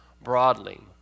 broadly